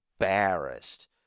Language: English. embarrassed